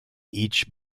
each